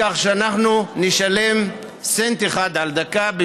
כך שאנחנו נשלם 1 סנט על דקה,